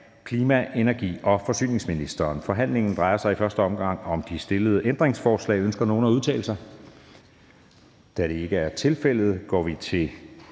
Anden næstformand (Jeppe Søe): Forhandlingen drejer sig i første omgang om de stillede ændringsforslag. Ønsker nogen at udtale sig? Det er ikke tilfældet. Derfor er